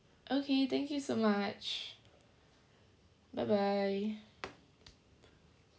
okay thank you so much bye bye